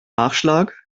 nachschlag